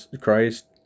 Christ